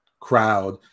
crowd